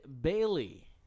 Bailey